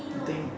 I think